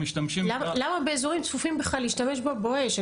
למה באזורים צפופים בכלל להשתמש ב"בואש",